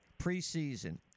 preseason